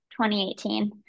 2018